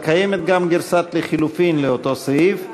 קיימת גם גרסת לחלופין לאותו סעיף.